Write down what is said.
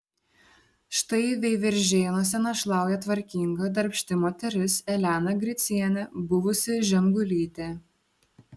štai veiviržėnuose našlauja tvarkinga darbšti moteris elena gricienė buvusi žemgulytė